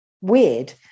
weird